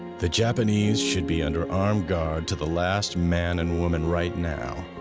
the japanese should be under armed guard to the last man and woman right now,